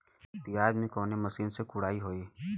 प्याज में कवने मशीन से गुड़ाई होई?